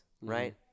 right